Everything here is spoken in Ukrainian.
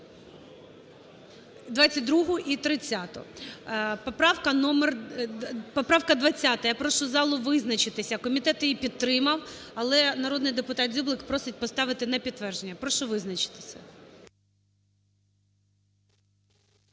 22-у і 30-у. Поправка 20-а, я прошу залу визначитися. Комітет її підтримав, але народний депутат Дзюблик просить поставити на підтвердження. Прошу визначитися.